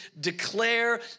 declare